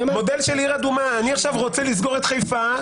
מודל של עיר אדומה; אני רוצה עכשיו לסגור את חיפה,